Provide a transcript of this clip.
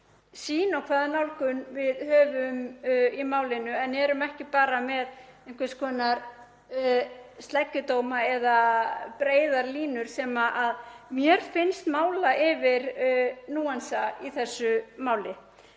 sýn og hvaða nálgun við höfum í málinu en erum ekki bara með einhvers konar sleggjudóma eða breiðar línur sem mér finnst mála yfir núansa í þessu máli.